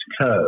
curve